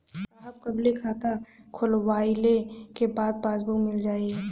साहब कब ले खाता खोलवाइले के बाद पासबुक मिल जाई?